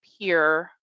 peer